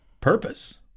purpose